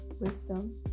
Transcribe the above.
wisdom